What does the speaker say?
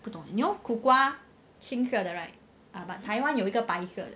不懂 leh you know 苦瓜青色的 right but 台湾有一个白色的